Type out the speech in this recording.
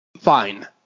Fine